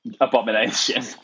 abomination